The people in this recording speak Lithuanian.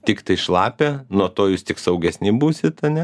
tiktai šlapia nuo to jūs tik saugesni būsit ane